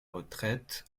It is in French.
retraite